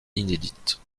inédites